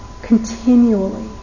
continually